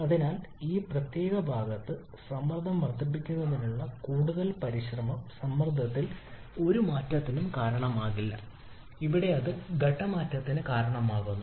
അതിനാൽ ഈ പ്രത്യേക ഭാഗത്ത് സമ്മർദ്ദം വർദ്ധിപ്പിക്കുന്നതിനുള്ള കൂടുതൽ പരിശ്രമം സമ്മർദ്ദത്തിൽ ഒരു മാറ്റത്തിനും കാരണമാകില്ല ഇവിടെ അത് ഘട്ടം മാറ്റത്തിന് കാരണമാകും